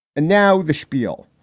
and now the spiel.